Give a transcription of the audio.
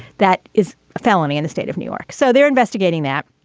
that is a felony in the state of new york. so they're investigating that.